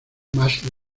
más